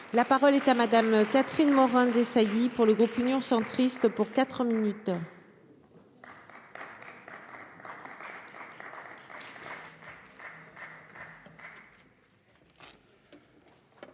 La parole est à Madame, Catherine Morin-, Desailly pour le groupe Union centriste pour 4 minutes.